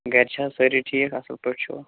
گَرِ چھا حظ سٲری ٹھیٖک اَصٕل پٲٹھۍ چھُوا